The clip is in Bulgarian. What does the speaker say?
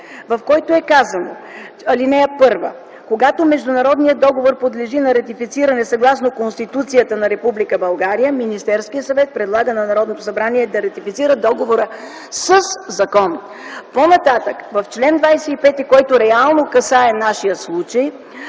в който е казано: „(1) Когато международният договор подлежи на ратифициране съгласно Конституцията на Република България, Министерският съвет предлага на Народното събрание да ратифицира договора със закон.” По-нататък, в чл. 25, който реално касае нашия случай,